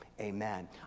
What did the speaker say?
amen